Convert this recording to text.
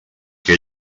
que